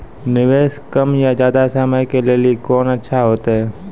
निवेश कम या ज्यादा समय के लेली कोंन अच्छा होइतै?